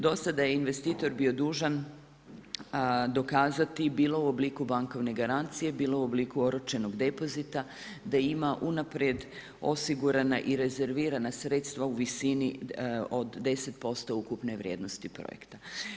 Do sada je investitor bio dužan dokazati bilo u obliku bankovne garancije, bilo u obliku oročenog depozita da ima unaprijed osigurana i rezervirana sredstva u visini od 10% ukupne vrijednosti projekta.